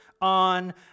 on